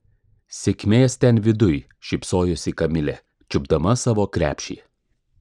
sėkmės ten viduj šypsojosi kamilė čiupdama savo krepšį